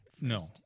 No